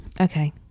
Okay